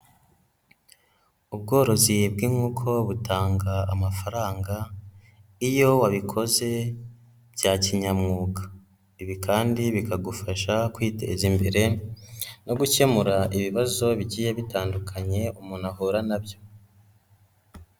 Ubworozi bw'inkoko butanga amafaranga, iyo wabikoze bya kinyamwuga, ibi kandi bikagufasha kwiteza imbere no gukemura ibibazo bigiye bitandukanye umuntu ahura na byo.